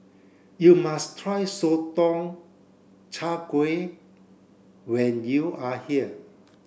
you must try Sotong Char Kway when you are here